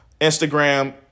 Instagram